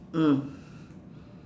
mm